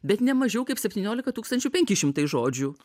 bet ne mažiau kaip septyniolika tūkstančių penki šimtai žodžių